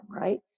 right